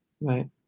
right